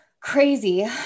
Crazy